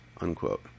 Unquote